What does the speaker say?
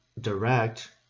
direct